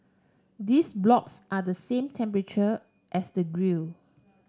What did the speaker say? these blocks are the same temperature as the grill